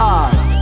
eyes